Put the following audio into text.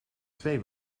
twee